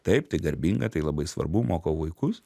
taip tai garbinga tai labai svarbu moko vaikus